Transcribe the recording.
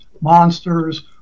monsters